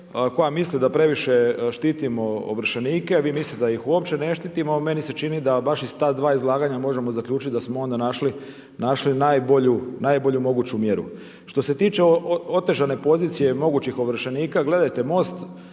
koja misli da previše štitimo ovršenike, a vi mislite da ih uopće ne štitimo. A meni se čini da baš iz ta dva izlaganja možemo zaključiti da smo onda našli najbolju moguću mjeru. Što se tiče otežane pozicije i mogućih ovršenika gledajte MOST